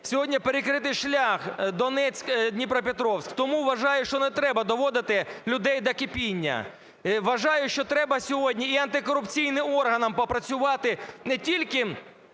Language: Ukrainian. сьогодні перекритий шлях Донецьк–Дніпропетровськ. Тому вважаю, що не треба доводити людей до кипіння. Вважаю, що треба сьогодні і антикорупційним органам попрацювати не тільки,